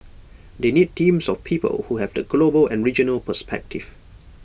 they need teams of people who have the global and regional perspective